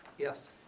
Yes